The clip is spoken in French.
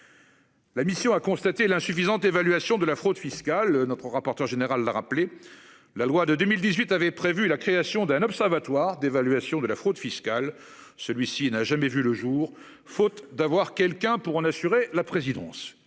La mission a constaté l'insuffisante évaluation de la fraude fiscale notre rapporteur général la rappeler la loi de 2018 avait prévu la création d'un observatoire d'évaluation de la fraude fiscale. Celui-ci n'a jamais vu le jour faute d'avoir quelqu'un pour en assurer la présidence.